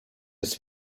des